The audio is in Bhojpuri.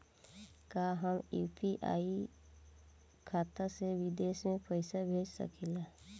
का हम यू.पी.आई खाता से विदेश में पइसा भेज सकिला?